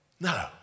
No